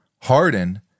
Harden